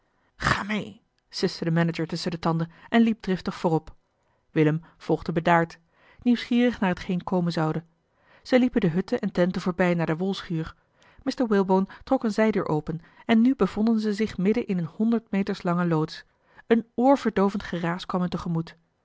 ga mee siste de manager tusschen de tanden en liep driftig voorop willem volgde bedaard nieuwsgierig naar hetgeen komen zoude ze liepen de hutten en tenten voorbij naar de wolschuur mr walebone trok eene zijdeur open en nu bevonden ze zich midden in eene honderd meters lange loods een oorverdoovend geraas kwam